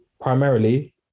primarily